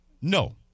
no